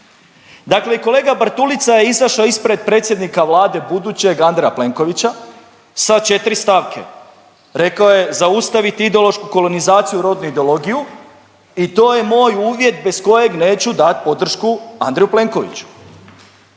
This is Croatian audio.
Dakle i kolega Bartulica je izašao ispred predsjednika Vlade budućeg Andreja Plenkovića sa 4 stavke. Rekao je zaustavit ideološku kolonizaciju, rodnu ideologiju i to je moj uvjet bez kojeg neću dat podršku Andreju Plenkoviću.